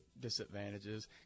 disadvantages